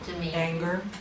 Anger